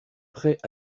prêts